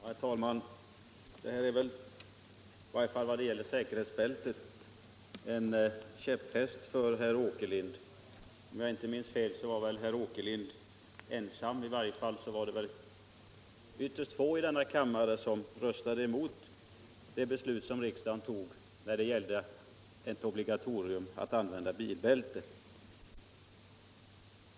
Herr talman! Användningen av säkerhetsbälten är tydligen en käpphäst för herr Åkerlind. Om jag inte minns fel var herr Åkerlind ensam vid röstningen i riksdagen, eller i varje fall var det väl ytterst få i denna kammare som röstade emot det beslut som riksdagen tog om ett obligatorium när det gällde att använda bilbälte.